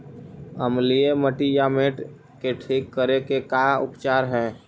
अमलिय मटियामेट के ठिक करे के का उपचार है?